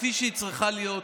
כפי שהיא צריכה להיות,